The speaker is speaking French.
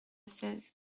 seize